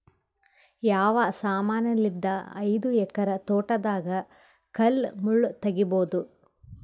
ಯಾವ ಸಮಾನಲಿದ್ದ ಐದು ಎಕರ ತೋಟದಾಗ ಕಲ್ ಮುಳ್ ತಗಿಬೊದ?